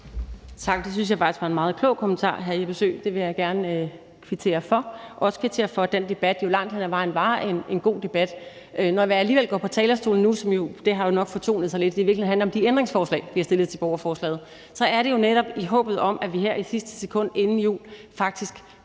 Tak. Det synes jeg faktisk var en meget klog kommentar, hr. Jeppe Søe. Det vil jeg gerne kvittere for. Og jeg vil også kvittere for, at den debat jo langt hen ad vejen var en god debat. Når jeg alligevel er gået på talerstolen nu – og det har nok fortonet sig lidt, men det handler i virkeligheden om de ændringsforslag, vi har stillet til borgerforslaget – så er det jo netop i håbet om, at vi her i sidste sekund inden jul faktisk